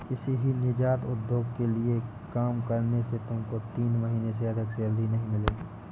किसी भी नीजात उद्योग के लिए काम करने से तुमको तीन महीने से अधिक सैलरी नहीं मिल सकेगी